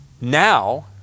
now